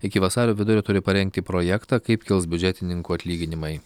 iki vasario vidurio turi parengti projektą kaip kils biudžetininkų atlyginimai